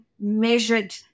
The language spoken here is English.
measured